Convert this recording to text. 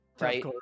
Right